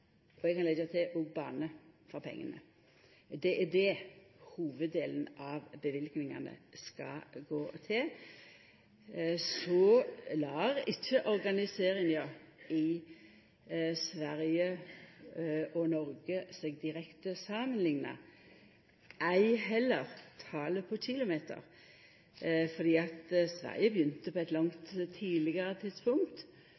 og eg kan leggja til bane – for pengane. Det er det hovuddelen av løyvingane skal gå til. Så let ikkje organiseringa i Sverige og Noreg seg samanlikna direkte, ei heller talet på kilometer, fordi Sverige begynte på eit